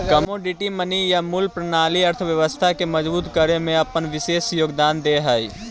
commodity money या मूल्य प्रणाली अर्थव्यवस्था के मजबूत करे में अपन विशेष योगदान दे हई